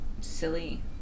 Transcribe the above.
silly